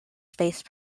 space